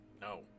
No